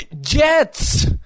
Jets